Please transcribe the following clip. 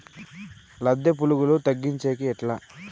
లద్దె పులుగులు తగ్గించేకి ఎట్లా?